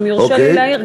אם יורשה לי להעיר,